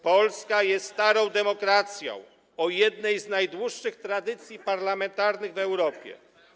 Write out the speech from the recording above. Polska jest starą demokracją o jednej z najdłuższych tradycji parlamentarnych w Europie.